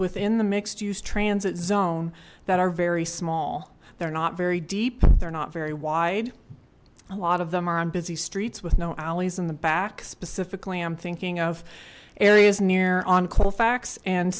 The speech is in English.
within the mixed use transit zone that are very small they're not very deep they're not very wide a lot of them are on busy streets with no alleys in the back specifically i'm thinking of areas near on colfax and